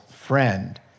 friend